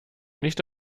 nicht